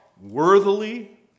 worthily